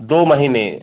दो महीने